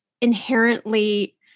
inherently